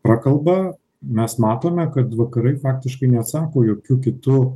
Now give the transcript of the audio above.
prakalba mes matome kad vakarai praktiškai neatsako jokiu kitu